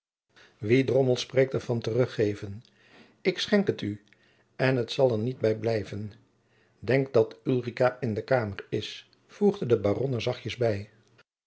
wie drommel spreekt er van terug geven ik schenk het u en het zal er niet bij blijven denk dat ulrica in de kamer is voegde de baron er zachtjens bij